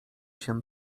się